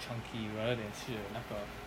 chunky rather than 吃了那个